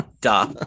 Duh